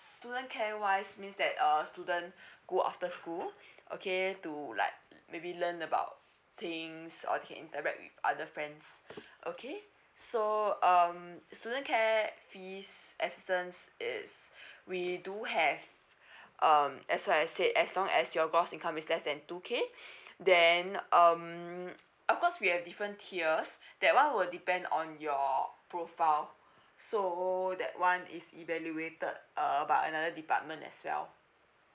student care wise means that uh student who after school okay to like maybe learn about things or they can interact with other friends okay so um student care fees assistants is we do have um that's why I say as long as your gross income is less than two K then um of course we have different tiers that one will depend on your profile so that [one] is evaluated uh by another department as well